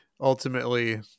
Ultimately